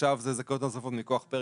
ועכשיו זה: "זכאויות נוספות מכוח פרק